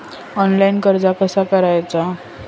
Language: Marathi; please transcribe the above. ऑनलाइन कर्ज कसा करायचा?